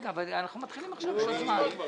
אנחנו מתחילים עכשיו, יש עוד זמן.